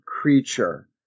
creature